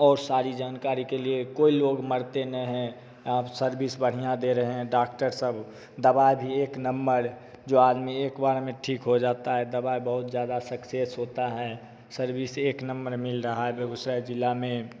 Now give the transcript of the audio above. और सारी जानकारी के लिए कोई लोग मरते नहीं हैं यहाँ पर सर्विस बढ़िया दे रहे हैं डाक्टर सब दवा भी एक नंबर जो आदमी एक बार में ठीक हो जाता है दवा बहुत ज्यादा सक्सेस होता है सर्विस एक नंबर मिल रहा है बेगूसराय जिला में